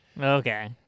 Okay